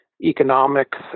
economics